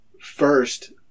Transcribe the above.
First